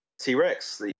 T-Rex